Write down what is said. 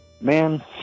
Man